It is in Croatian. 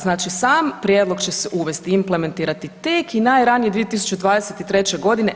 Znači sam prijedlog će se uvesti i implementirati tek i najranije 2023.g.